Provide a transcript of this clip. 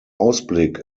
ausblick